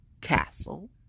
Castle